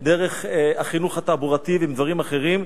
דרך החינוך התעבורתי ועם דברים אחרים,